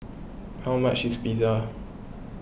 how much is Pizza